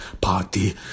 party